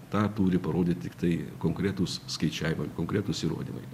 tą turi parodyti tiktai konkretūs skaičiavimai konkretūs įrodymai